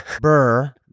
Burr